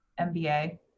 MBA